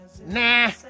Nah